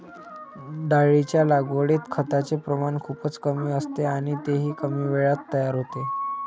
डाळींच्या लागवडीत खताचे प्रमाण खूपच कमी असते आणि तेही कमी वेळात तयार होते